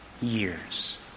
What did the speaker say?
years